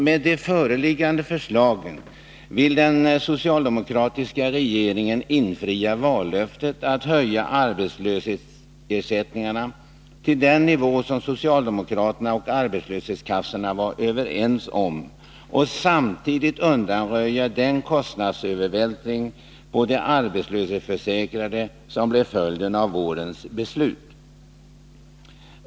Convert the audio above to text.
Med de föreliggande förslagen vill den socialdemokratiska regeringen infria vallöftet att höja arbetslöshetsersättningarna till den nivå som socialdemokraterna och arbetslöshetskassorna var överens om och samtidigt undanröja den kostnadsövervältring på de arbetslöshetsförsäkrade som blev följden av vårens beslut.